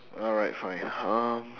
alright fine um